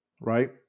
right